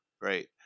right